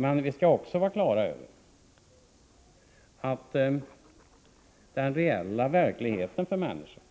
Men vi skall också ha klart för oss att den reella verkligheten för människor,